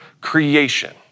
creation